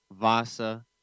Vasa